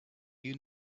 you